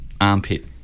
armpit